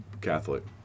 Catholic